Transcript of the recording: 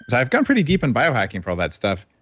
i've gone pretty deep and biohacking for all that stuff.